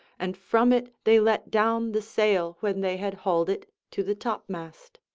and from it they let down the sail when they had hauled it to the top-mast.